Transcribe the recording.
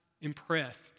impressed